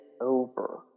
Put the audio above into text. over